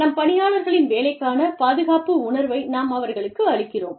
நம் பணியாளர்களின் வேலைக்கான பாதுகாப்பு உணர்வை நாம் அவர்களுக்கு அளிக்கிறோம்